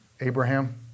Abraham